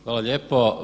Hvala lijepo.